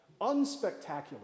unspectacular